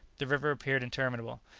the river appeared interminable,